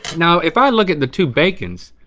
now if i look at the two bacons,